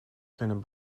kunnen